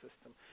system